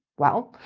well,